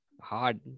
hard